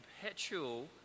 perpetual